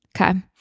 okay